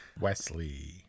Wesley